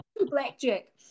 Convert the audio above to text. Blackjack